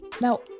Now